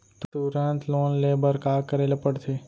तुरंत लोन ले बर का करे ला पढ़थे?